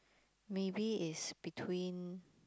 maybe is between